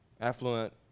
affluent